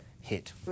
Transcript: hit